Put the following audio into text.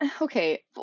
Okay